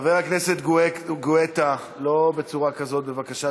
חבר הכנסת גואטה, לא בצורה כזאת, בבקשה.